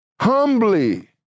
humbly